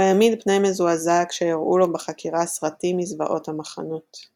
הוא העמיד פני מזועזע כשהראו לו בחקירה סרטים מזוועות המחנות.